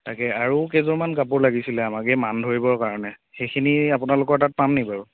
তাকে আৰু কেইযোৰমান কাপোৰ লাগিছিলে আমাক এই মান ধৰিবৰ কাৰণে সেইখিনি আপোনালোকৰ তাত পামনে বাৰু